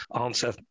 answer